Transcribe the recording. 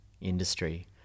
industry